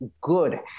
good